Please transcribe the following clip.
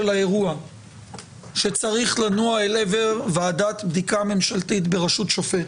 האירוע שצריך לנוע אל עבר ועדת בדיקה ממשלתית בראשות שופט.